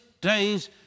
days